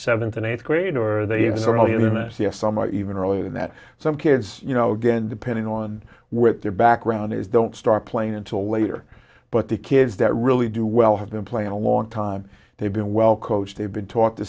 seventh and eighth grade or they've been really in a c s i might even earlier than that some kids you know again depending on what their background is don't start playing until later but the kids that really do well have been playing a long time they've been well coached they've been taught the